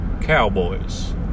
Cowboys